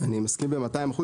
אני מסכים ב-200%,